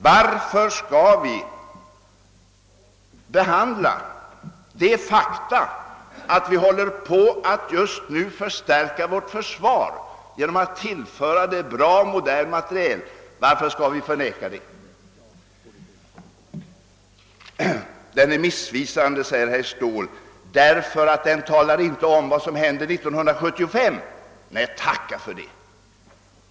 Varför skall vi förneka det faktum, att vi håller på att just nu förstärka vårt försva genom att tillföra det bra och moderr materiel? Varför skulle vi förneka detta? Översikten är missvisande, säger herr Ståhl, därför att den inte talar om vad som händer år 1975. Nej, tacka för det!